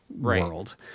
world